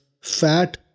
Fat